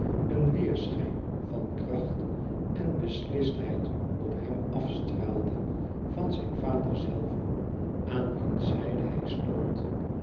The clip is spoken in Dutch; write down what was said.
een weêrschijn van kracht en beslistheid op hem afstraalde van zijn vader zelven aan wiens zijde hij stond